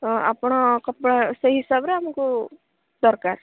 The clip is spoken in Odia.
ହଁ ଆପଣ କପଡ଼ା ସେଇ ହିସାବରେ ଆମକୁ ଦରକାର